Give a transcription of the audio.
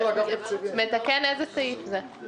מתקן איזה סעיף זה?